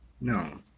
No